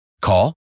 Call